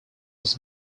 was